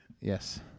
Yes